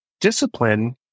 Discipline